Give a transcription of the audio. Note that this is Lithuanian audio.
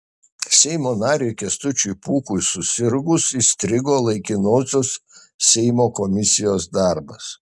seimo nariui kęstučiui pūkui susirgus įstrigo laikinosios seimo komisijos darbas